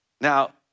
Now